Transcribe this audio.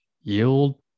yield